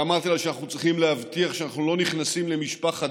ואמרתי לה שאנחנו צריכים להבטיח שאנחנו לא נכנסים למשפחת